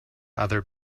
other